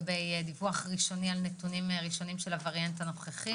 דיווח ראשוני של נתונים ראשוניים של הווריאנט הנוכחי.